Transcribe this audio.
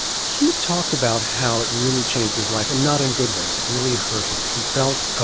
he talked about how it really changed his life, and not in good ways. it really hurt him. he felt ah